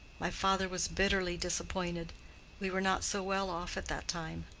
my father was bitterly disappointed we were not so well off at that time.